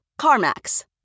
CarMax